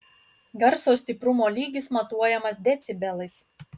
garso stiprumo lygis matuojamas decibelais